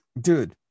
dude